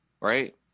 Right